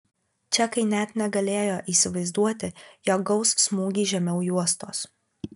čekai net negalėjo įsivaizduoti jog gaus smūgį žemiau juostos